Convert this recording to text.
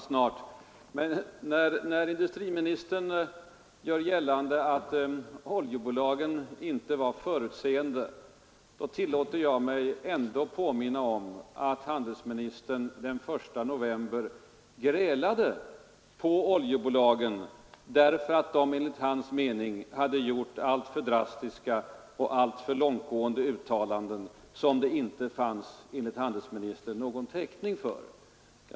Men när industriministern gör gällande att oljebolagen inte var förutseende tillåter jag mig ändå påminna om att handelsministern den 1 november grälade på oljebolagen därför att de enligt hans mening gjort alltför drastiska och långtgående uttalanden, som det enligt handelsministern inte fanns någon täckning för.